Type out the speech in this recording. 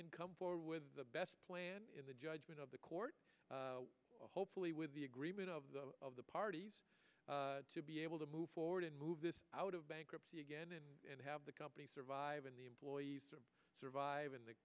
then come forward with the best plan in the judgment of the court hopefully with the agreement of the of the parties to be able to move forward and move this out of bankruptcy again and have the company survive in the employees survive in the